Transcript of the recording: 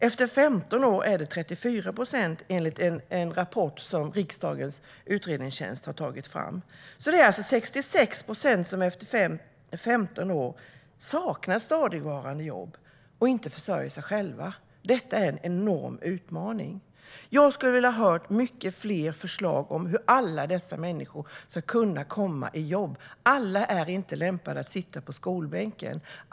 Efter 15 år är det 34 procent, enligt en rapport som riksdagens utredningstjänst tagit fram. Det är alltså 66 procent som efter 15 år i Sverige saknar stadigvarande jobb och inte försörjer sig själva. Detta är en enorm utmaning. Jag skulle ha velat höra mycket fler förslag om hur alla dessa människor ska kunna komma i jobb. Alla är inte lämpade att sitta på skolbänken.